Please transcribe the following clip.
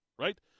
right